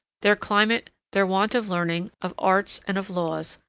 their climate, their want of learning, of arts, and of laws,